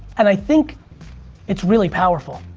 and i think it's really powerful.